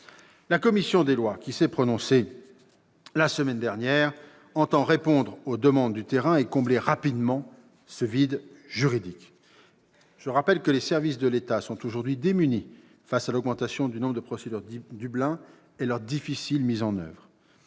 proposition de loi la semaine dernière, entend répondre aux demandes du terrain et combler rapidement ce vide juridique. Je rappelle que les services de l'État sont aujourd'hui démunis face à l'augmentation du nombre de procédures Dublin et face à leur difficile mise en oeuvre.